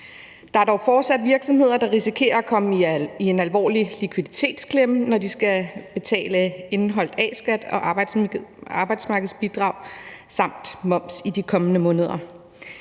Der er dog fortsat virksomheder, der risikerer at komme i en alvorlig likviditetsklemme, når de skal betale indeholdt A-skat og arbejdsmarkedsbidrag samt moms i de kommende måneder.